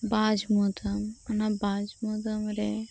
ᱵᱟᱡᱢᱩᱫᱟᱹᱢ ᱚᱱᱟ ᱵᱟᱡ ᱢᱩᱫᱟᱹᱢ ᱨᱮ